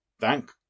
Thank